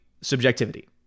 subjectivity